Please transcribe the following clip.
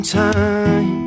time